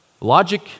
Logic